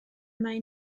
mae